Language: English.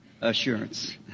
assurance